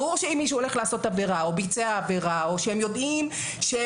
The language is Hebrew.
ברור שאם מישהו הולך לעשות עבירה או ביצע עבירה או שהם יודעים ויש